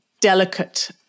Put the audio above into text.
delicate